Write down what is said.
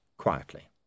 quietly